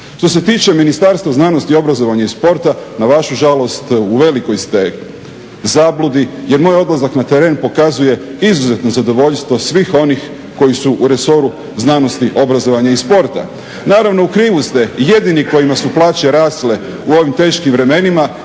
Što se tiče Ministarstva znanosti, obrazovanja i sporta na vašu žalost u velikoj ste zabludi jer moj odlazak na teren pokazuje izuzetno zadovoljstvo svih onih koji su u resoru znanosti, obrazovanja i sporta. Naravno u krivu ste, jedini kojima su plaće rasle u ovim teškim vremenima